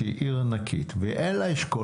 שהיא עיר ענקית ואין לה אשכול